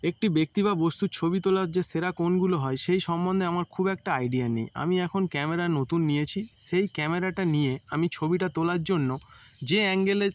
একটি ব্যক্তি বা বস্তুর ছবি তোলার যে সেরা কোণগুলো হয় সেই সম্বন্ধে আমার খুব একটা আইডিয়া নেই আমি এখন ক্যামেরা নতুন নিয়েছি সেই ক্যামেরাটা নিয়ে আমি ছবিটা তোলার জন্য যে অ্যাঙ্গেলে